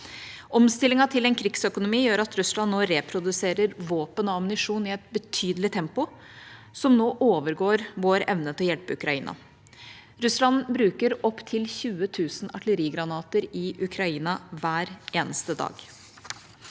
Omstillingen til en krigsøkonomi gjør at Russland nå reproduserer våpen og ammunisjon i et betydelig tempo, som overgår vår evne til å hjelpe Ukraina. Russland bruker opptil 20 000 artillerigranater i Ukraina hver eneste dag.